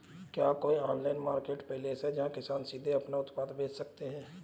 क्या कोई online marketplace है जहां किसान सीधे अपने उत्पाद बेच सकते हैं?